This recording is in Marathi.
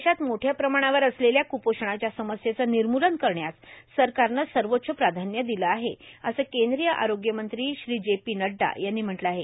देशात मोठ्या प्रमाणावर असलेल्या क्पोषणाच्या समस्येचं र्मिम्लन करण्यास सरकारनं सर्वाच्च प्राधान्य दिलं आहे असं कद्रीय आरोग्य मंत्री जे पी नड्डा यांनी म्हटलं आहे